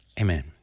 Amen